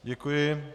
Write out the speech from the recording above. Děkuji.